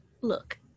look